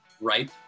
ripe